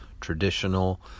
traditional